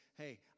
hey